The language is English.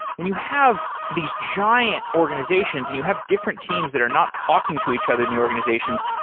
when you have these giant organizations and you have different teams that are not talking to each other in the organizations,